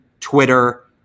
Twitter